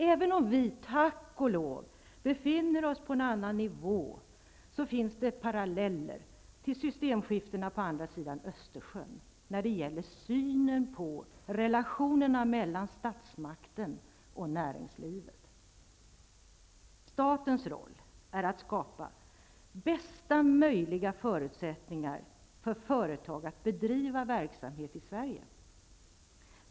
Även om vi -- tack och lov -- befinner oss på en annan nivå, så finns det paralleller till systemskiften på andra sidan Östersjön när det gäller synen på relationerna mellan statsmakten och näringslivet. Statens roll är att skapa bästa möjliga förutsättningar för företag att bedriva verksamhet i Sverige.